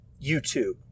YouTube